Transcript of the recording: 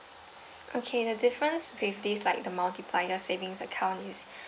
okay the difference with this like the multiplier savings account is